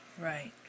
Right